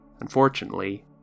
Unfortunately